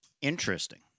Interesting